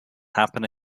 happen